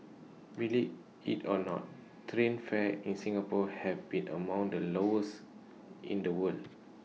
believe IT or not train fares in Singapore have been among the lowest in the world